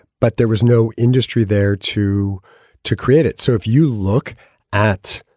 but there was no industry there to to create it. so if you look at